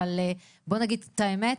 אבל בואו נגיד את האמת,